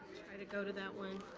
try to go to that one.